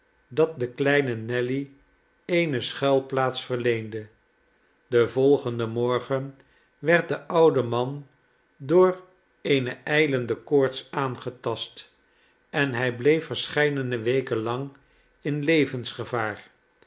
dat de kleine nelly eene schuilplaats verleende den volgenden morgen werd de oude man door eene ijlende koorts aangetast en hij bleef verscheidene weken lang in levensgevaar